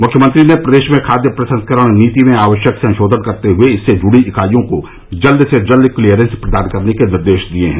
मुख्यमंत्री ने प्रदेश में खाद्य प्रसंस्करण नीति में आवश्यक संशोधन करते हुए इससे जुड़ी इकाईयों को जल्द से जल्द क्लियरेंस प्रदान करने के निर्देश दिए हैं